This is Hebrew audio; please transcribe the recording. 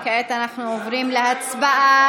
כעת אנחנו עוברים להצבעה.